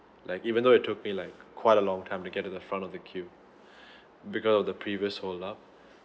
like even though it took me like quite a long time to get to the front of the queue because of the previous hold up